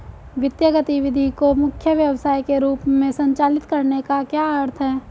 वित्तीय गतिविधि को मुख्य व्यवसाय के रूप में संचालित करने का क्या अर्थ है?